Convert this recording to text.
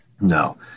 No